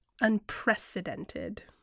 unprecedented